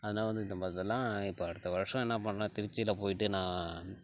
ஆனால் வந்து இந்த மாதிரிலாம் இப்போ அடுத்த வருஷம் என்ன பண்ணும்னா திருச்சியில போய்ட்டு நான்